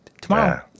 tomorrow